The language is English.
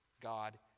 God